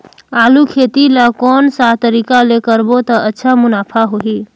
आलू खेती ला कोन सा तरीका ले करबो त अच्छा मुनाफा होही?